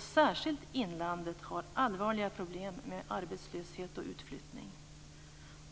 Särskilt inlandet har allvarliga problem med arbetslöshet och utflyttning.